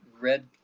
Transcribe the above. red